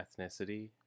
ethnicity